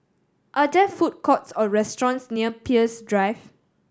are there food courts or restaurants near Peirce Drive